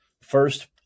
first